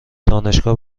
دانشگاه